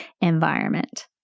environment